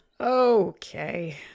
okay